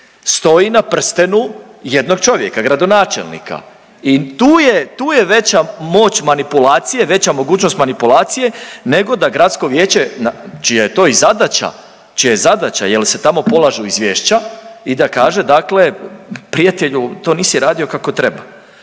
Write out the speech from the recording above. stoji na prstenu jednog čovjeka, gradonačelnika. I tu je, tu je veća moć manipulacije, veća mogućnost manipulacije nego da gradsko vijeće čija je to i zadaća, čija je zadaća jer se tamo polažu izvješća i da kaže dakle prijatelju to nisi radio kako treba.